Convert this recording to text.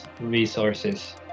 resources